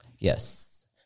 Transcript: Yes